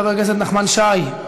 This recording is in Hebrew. חבר הכנסת נחמן שי,